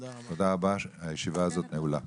תודה רבה, הישיבה נעולה.